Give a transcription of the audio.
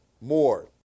more